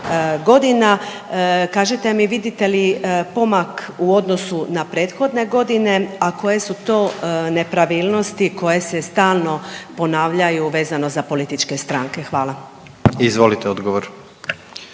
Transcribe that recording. godina. Kažite mi, vidite li pomak u odnosu na prethodne godine, a koje su to nepravilnosti koje se stalno ponavljaju vezano za političke stranke? Hvala. **Jandroković,